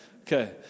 Okay